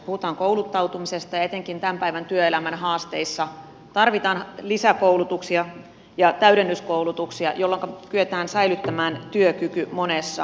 puhutaan kouluttautumisesta ja etenkin tämän päivän työelämän haasteissa tarvitaan lisäkoulutuksia ja täydennyskoulutuksia jolloinka kyetään säilyttämään työkyky monessa